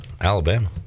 Alabama